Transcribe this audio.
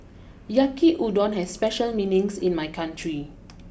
Yaki Udon has special meanings in my country